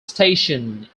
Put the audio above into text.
station